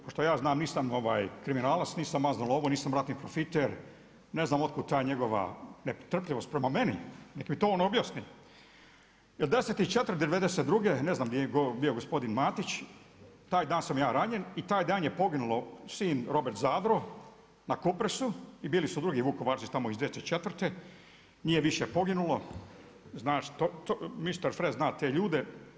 Pošto ja znam nisam ja kriminalac, nisam maznuo lovu, nisam ratni profiter, ne znam od kuda ta njegova netrpeljivost prema meni, neka mi to on objasni jer 10.4.'92. ne znam gdje je bio gospodin Matić, taj dan sam ja ranjen i taj dan je poginulo sin Robert Zadro na Kupresu i bili su drugi Vukovarci tamo iz 204., njih je više poginulo, mister Fred zna te ljude.